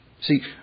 See